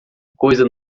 coisa